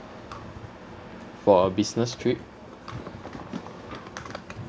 for a business trip